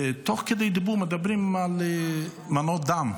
ותוך כדי דיבור מדברים על מנות דם,